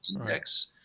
index